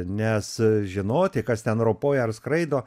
nes žinoti kas ten ropoja ar skraido